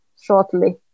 shortly